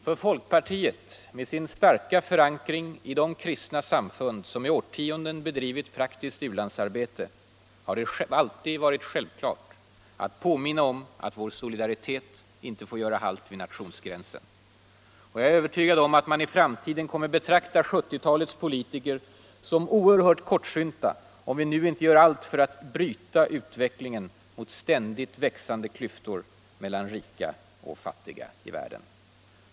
För folkpartiet — med sin starka förankring i de kristna samfund som i årtionden bedrivit praktiskt u-landsarbete — har det varit självklart att ständigt påminna om att vår solidaritet inte får göra halt vid nationsgränsen. Och jag är övertygad om att man i framtiden kommer att betrakta 1970-talets politiker som oerhört kortsynta, om vi inte nu gör allt för att bryta utvecklingen mot ständigt växande klyftor mellan rika och fattiga i världen.